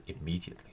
immediately